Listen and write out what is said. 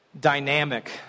dynamic